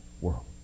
world